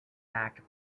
act